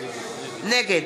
נגד